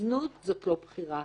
זנות זאת לא בחירה.